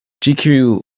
GQ